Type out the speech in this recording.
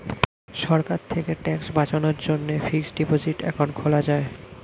সরকার থেকে ট্যাক্স বাঁচানোর জন্যে ফিক্সড ডিপোসিট অ্যাকাউন্ট খোলা যায়